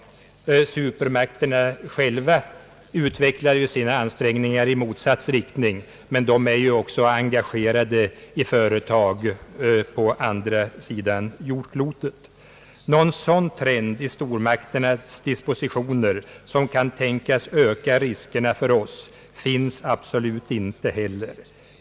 Supermakterna själva utvecklar ju sina ansträngningar i motsatt riktning, men så är de också engagerade i företag på andra sidan jordklotet. Någon sådan trend i stormakternas dispositioner att den kan tänkas öka riskerna för oss finns absolut inte heller.